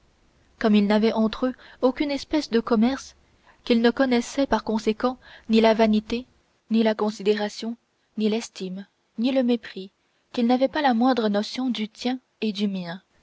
comme ils n'avaient entre eux aucune espèce de commerce qu'ils ne connaissaient par conséquent ni la vanité ni la considération ni l'estime ni le mépris qu'ils n'avaient pas la moindre notion du tien et du mien